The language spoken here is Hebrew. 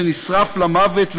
שנשרף למוות,